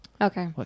Okay